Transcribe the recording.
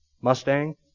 Mustang